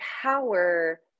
power